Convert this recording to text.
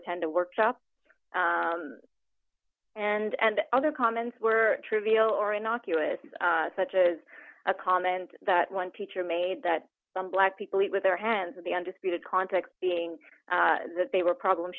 attend a workshop and other comments were trivial or innocuous such as a comment that one teacher made that some black people eat with their hands and the undisputed context being that they were problem